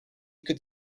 could